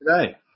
today